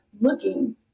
looking